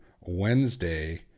Wednesday